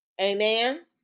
Amen